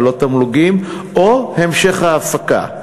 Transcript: ולא תמלוגים או המשך ההפקה?